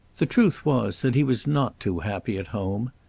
the truth was that he was not too happy at home.